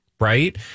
Right